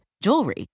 jewelry